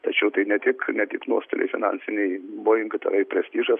tačiau tai ne tik ne tik nuostoliai finansiniai boing tai prestižas